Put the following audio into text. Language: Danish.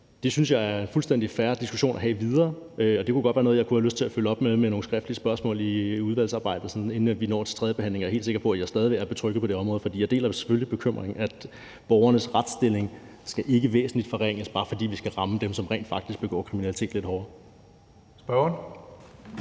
Det synes jeg er en fuldstændig fair diskussion at have videre. Det kunne godt være noget, jeg kunne have lyst til at følge op på med nogle skriftlige spørgsmål i udvalgsarbejdet, så jeg, inden vi når til tredje behandling, er helt sikker på, at jeg stadig er betrygget på det område. For jeg deler selvfølgelig bekymringen. Borgernes retsstilling skal ikke væsentligt forringes, bare fordi vi skal ramme dem, som rent faktisk begår kriminalitet, lidt hårdere. Kl.